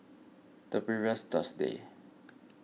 the previous Thursday